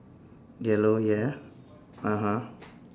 yellow ya (uh huh)